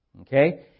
okay